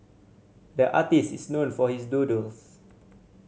the artist is known for his doodles